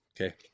Okay